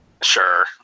Sure